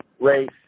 race